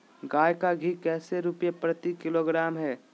गाय का घी कैसे रुपए प्रति किलोग्राम है?